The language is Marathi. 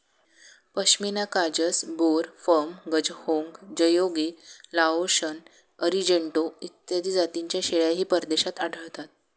पश्मिना काजस, बोर, फर्म, गझहोंग, जयोगी, लाओशन, अरिजेंटो इत्यादी जातींच्या शेळ्याही परदेशात आढळतात